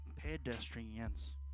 pedestrians